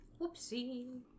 Whoopsie